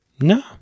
no